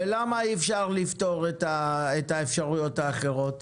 ולמה אי אפשר לפתור את האפשרויות האחרות?